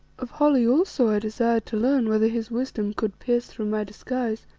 of holly also i desired to learn whether his wisdom could pierce through my disguise,